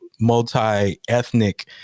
Multi-ethnic